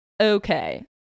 okay